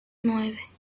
nueve